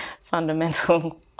fundamental